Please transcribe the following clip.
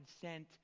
sent